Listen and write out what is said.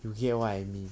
you hear why me